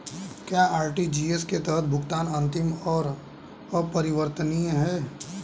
क्या आर.टी.जी.एस के तहत भुगतान अंतिम और अपरिवर्तनीय है?